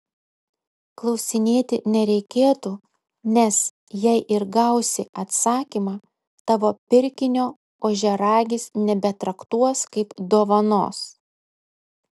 klausinėti nereikėtų nes jei ir gausi atsakymą tavo pirkinio ožiaragis nebetraktuos kaip dovanos